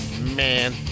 Man